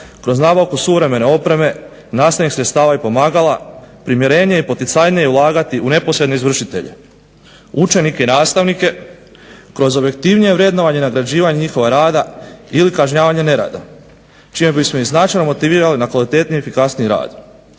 kroz nabavku suvremene opreme, nastavnih sredstava i pomagala, primjerenije i poticajnije ulagati u neposredne izvršitelje. Učenike i nastavnike, kroz objektivnije gledanje i nagrađivanje njihova rada ili kažnjavanje nerada čime bismo ih značajno motivirali na kvalitetniji i efikasniji rad.